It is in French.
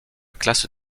classe